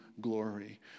glory